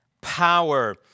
power